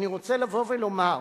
אני רוצה לבוא ולומר: